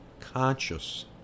conscious